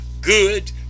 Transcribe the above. good